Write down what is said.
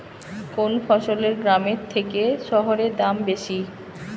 কোন ফসলের গ্রামের থেকে শহরে দাম বেশি?